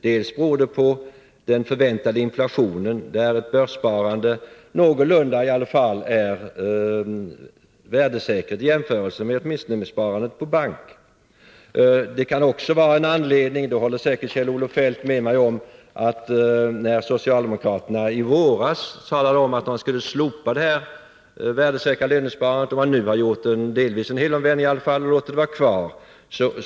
Dels beror det på den förväntade inflationen med ett börssparande som i alla fall är någorlunda värdesäkert, åtminstone i jämförelse med sparande i bank. Dels kan en anledning vara — det håller säkert Kjell-Olof Feldt med mig om —- att socialdemokraterna, som i våras talade om att man skulle slopa det värdesäkra lönesparandet, nu i alla fall i vissa delar har gjort en helomvändning och låter det vara kvar.